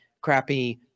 crappy